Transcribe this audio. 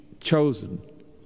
chosen